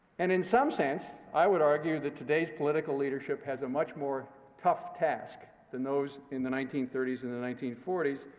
and in some sense, i would argue that today's political leadership has a much more tough task than those in the nineteen thirty s and the nineteen forty s,